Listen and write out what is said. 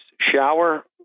shower